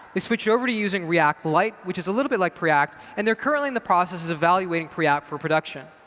they switched over to using react lite, which is a little bit like preact. and they're currently in the process of evaluating preact for production.